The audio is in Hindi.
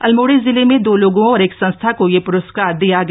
अल्मोड़ा जिले में दो लोगों और एक संस्था को यह प्रस्कार दिया गया